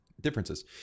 differences